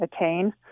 attain